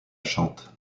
chante